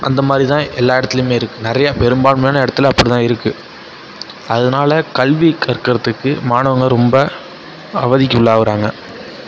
அந்தமாதிரிதான் எல்லா இடத்திலியுமே இருக்குது நிறையா பெரும்பான்மையான இடத்துல அப்படிதான் இருக்குது அதனால் கல்வி கற்கிறதுக்கு மாணவங்க ரொம்ப அவதிக்கு உள்ளாகிறாங்க